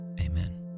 amen